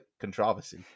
controversy